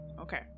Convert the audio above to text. Okay